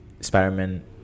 Spider-Man